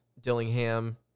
Dillingham